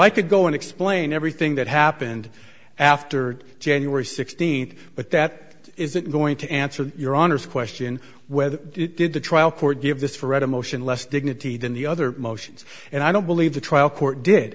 i could go and explain everything that happened after january sixteenth but that isn't going to answer your honor's question whether it did the trial court give this forever motion less dignity than the other motions and i don't believe the trial court did